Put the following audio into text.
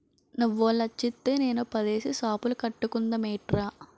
నువ్వో లచ్చిత్తే నేనో పదేసి సాపులు కట్టుకుందమేట్రా